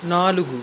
నాలుగు